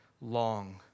long